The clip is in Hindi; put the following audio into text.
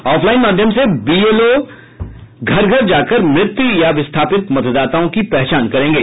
ऑफलाइन माध्यम से बीएलओ घर घर जाकर मृत या विस्थापित मतदाताओं की पहचान करेंगे